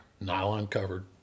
nylon-covered